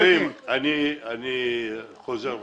חברים, אני חוזר ואומר: